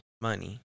money